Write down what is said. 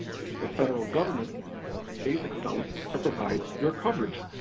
because the federal government aids excellus to provide your coverage.